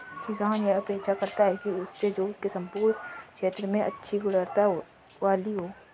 किसान यह अपेक्षा करता है कि उसकी जोत के सम्पूर्ण क्षेत्र में अच्छी गुणवत्ता वाली हो